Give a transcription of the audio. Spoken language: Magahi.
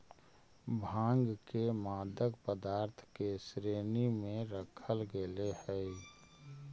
भाँग के मादक पदार्थ के श्रेणी में रखल गेले हइ